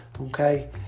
okay